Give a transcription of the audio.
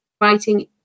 writing